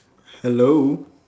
hello